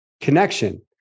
connection